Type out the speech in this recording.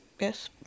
Yes